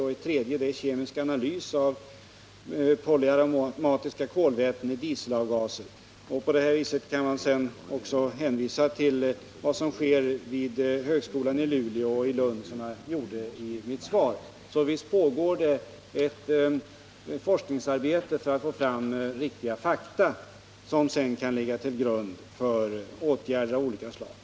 Ett tredje projekt är kemisk analys av polyaromatiska kolväten i dieselavgaser. Jag kan också hänvisa till vad som sker vid högskolorna i Luleå och Lund, vilket också framgår av mitt svar. Så visst pågår ett forskningsarbete för att få fram riktiga fakta som sedan kan ligga till grund för åtgärder av olika slag.